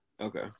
Okay